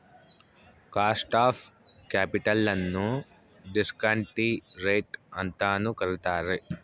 cost of capital ನ್ನು discount rate ಅಂತನು ಕರಿತಾರೆ